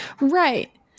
Right